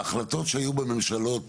ההחלטות שהיו בממשלות